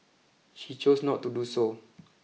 she chose not to do so